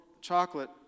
chocolate